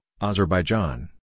Azerbaijan